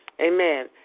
Amen